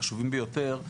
החשובים ביותר,